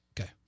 Okay